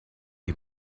die